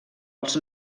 els